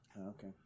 Okay